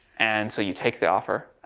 and so you take the offer.